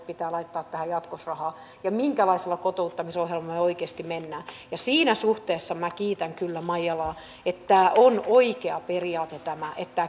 pitää laittaa tähän jatkossa rahaa ja minkälaisilla kotouttamisohjelmilla me oikeasti menemme ja siinä suhteessa minä kiitän kyllä maijalaa että tämä on oikea periaate tämä